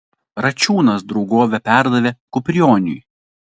račiūnas draugovę perdavė kuprioniui